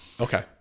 Okay